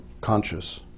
conscious